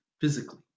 physically